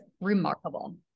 remarkable